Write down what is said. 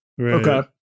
Okay